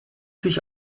sich